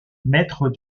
maître